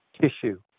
tissue